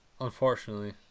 Unfortunately